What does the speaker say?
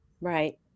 Right